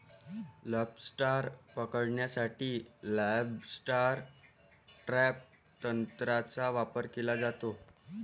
lobster पकडण्यासाठी lobster trap तंत्राचा वापर केला जातो